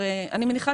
למשל,